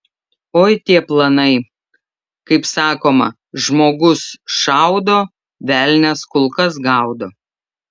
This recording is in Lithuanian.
oi tie planai kaip sakoma žmogus šaudo velnias kulkas gaudo